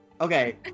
Okay